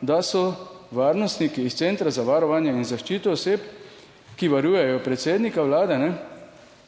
da so varnostniki iz Centra za varovanje in zaščito oseb, ki varujejo predsednika vlade,